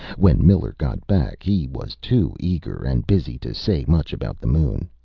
when miller got back, he was too eager and busy to say much about the moon.